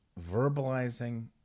verbalizing